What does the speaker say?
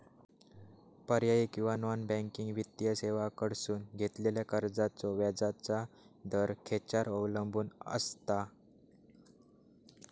पर्यायी किंवा non banking वित्तीय सेवांकडसून घेतलेल्या कर्जाचो व्याजाचा दर खेच्यार अवलंबून आसता?